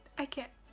i can't